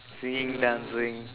singing dancing